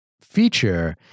feature